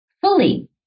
fully